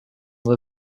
them